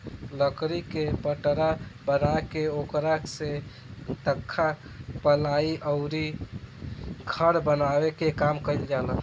लकड़ी के पटरा बना के ओकरा से तख्ता, पालाइ अउरी घर बनावे के काम कईल जाला